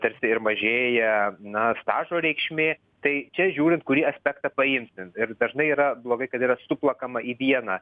tarsi ir mažėja na stažo reikšmė tai čia žiūrint kurį aspektą paimsim ir dažnai yra blogai kad yra suplakama į vieną